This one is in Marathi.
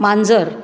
मांजर